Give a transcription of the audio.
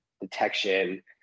detection